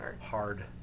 hard